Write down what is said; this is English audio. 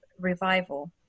Revival